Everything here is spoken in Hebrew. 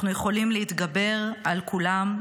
אנחנו יכולים להתגבר על כולם,